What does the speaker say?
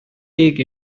take